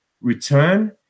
return